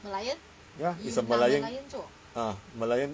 ya is a merlion ah merlion